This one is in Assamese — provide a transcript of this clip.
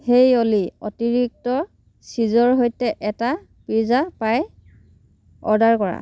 হেই অলি অতিৰিক্ত চীজৰ সৈতে এটা পিজ্জা পাই অৰ্ডাৰ কৰা